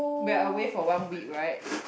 we are away for one week right